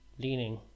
Leaning